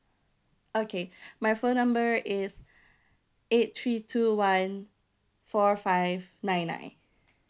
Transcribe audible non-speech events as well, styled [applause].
okay [breath] my phone number is eight three two one four five nine nine